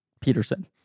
Peterson